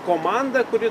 komanda kuri